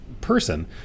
person